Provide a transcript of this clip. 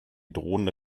drohende